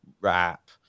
rap